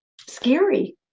scary